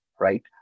right